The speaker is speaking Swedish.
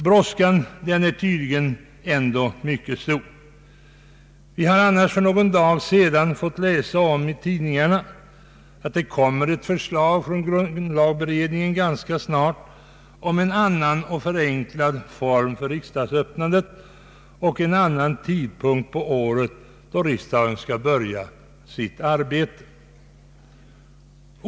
Brådskan är tydligen ändå mycket stor. Vi har annars för någon dag sedan fått läsa i tidningarna att ett förslag från grundlagberedningen om en annan och förenklad form för riksdagsöppnandet och en annan tidpunkt på året då riksdagen skall börja sitt arbete kommer mycket snart.